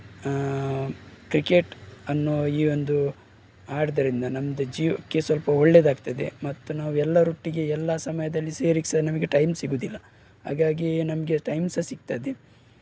cricket ಅನ್ನೋ ಈ ಒಂದು ಆಡೋದ್ರಿಂದ ನಮ್ದು ಜೀವಕ್ಕೆ ಸ್ವಲ್ಪ ಒಳ್ಳೇದಾಗ್ತದೆ ಮತ್ತು ನಾವು ಎಲ್ಲರೊಟ್ಟಿಗೆ ಎಲ್ಲ ಸಮಯದಲ್ಲಿ ಸೇರಿ ಸಹ ನಮಗೆ ಟೈಮ್ ಸಿಗೋದಿಲ್ಲ ಹಾಗಾಗಿ ನಮಗೆ ಟೈಮ್ ಸಹ ಸಿಕ್ತದೆ